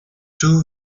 two